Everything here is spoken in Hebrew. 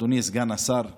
אדוני סגן השר קיש,